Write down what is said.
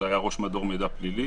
זה היה ראש מדור מידע פלילי,